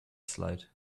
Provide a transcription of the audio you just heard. slide